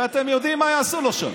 הרי אתם יודעים מה יעשו לו שם.